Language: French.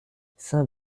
saint